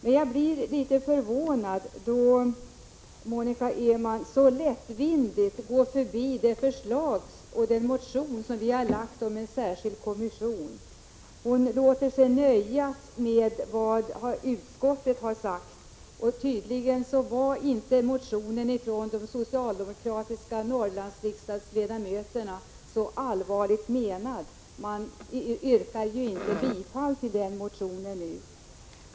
Men jag blir litet förvånad över att Monica Öhman så lättvindigt går förbi vårt förslag om en särskild kommission. Hon låter sig nöja med vad utskottet har sagt. Tydligen var inte motionen från de socialdemokratiska riksdagsledamöterna från Norrland så allvarligt menad, eftersom man inte yrkar bifall till motionen nu.